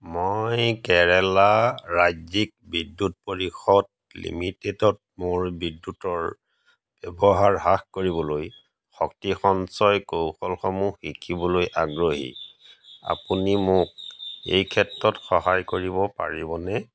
মই কেৰালা ৰাজ্যিক বিদ্যুৎ পৰিষদ লিমিটেডত মোৰ বিদ্যুতৰ ব্যৱহাৰ হ্ৰাস কৰিবলৈ শক্তি সঞ্চয় কৌশলসমূহ শিকিবলৈ আগ্ৰহী আপুনি মোক এই ক্ষেত্ৰত সহায় কৰিব পাৰিবনে